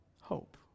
hope